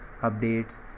updates